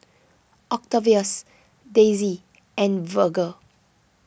Octavius Daisye and Virge